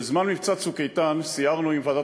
בזמן מבצע "צוק איתן" סיירנו עם ועדת